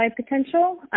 potential